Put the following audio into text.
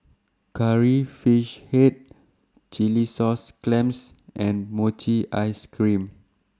Curry Fish Head Chilli Sauce Clams and Mochi Ice Cream